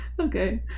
Okay